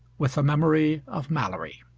with a memory of malory.